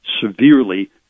severely